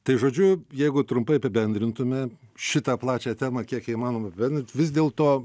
tai žodžiu jeigu trumpai apibendrintume šitą plačią temą kiek ją įmanoma apibendrint vis dėlto